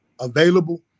available